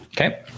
Okay